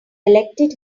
elected